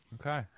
Okay